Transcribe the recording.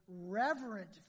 reverent